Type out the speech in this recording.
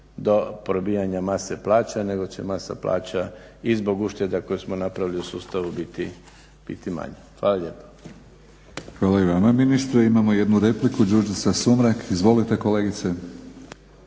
do probijanja mase plaća nego će masa plaća i zbog ušteda koje smo napravili u sustavu biti manja. Hvala lijepa. **Batinić, Milorad (HNS)** Hvala i vama ministre. Imamo jednu repliku, Đurđica Sumrak. Izvolite kolegice.